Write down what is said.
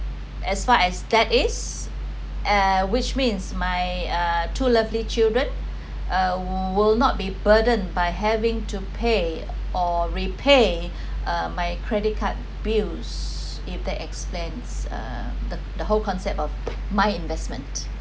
as far as that is uh which means my uh two lovely children uh will not be burdened by having to pay or repay uh my credit card bills if the explains uh the the whole concept of my investment